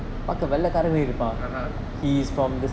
(uh huh)